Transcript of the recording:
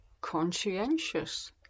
Conscientious